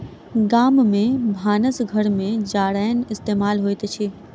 गाम में भानस घर में जारैन इस्तेमाल होइत अछि